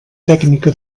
tècnica